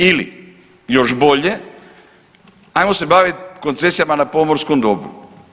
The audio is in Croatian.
Ili, još bolje, ajmo se baviti koncesijama na pomorskom dobru.